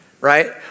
right